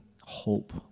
hope